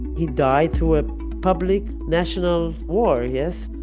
he died through a public national war, yes?